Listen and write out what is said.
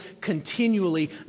continually